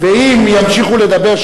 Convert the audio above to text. ואם ימשיכו לדבר,